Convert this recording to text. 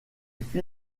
fit